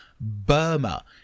Burma